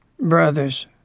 brothers